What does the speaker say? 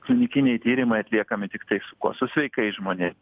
klinikiniai tyrimai atliekami tiktai su kuo su sveikais žmonėm